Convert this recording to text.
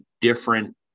different